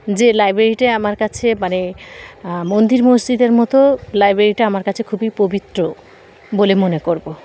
যে লাইব্রেরিটা আমার কাছে মানে মন্দির মসজিদের মতো লাইব্রেরিটা আমার কাছে খুবই পবিত্র বলে মনে করবো